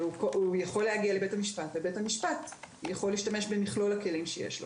הוא יכול להגיע לבית המשפט ובית המשפט יכול להשתמש במכלול הכלים שיש לו.